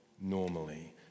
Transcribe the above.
normally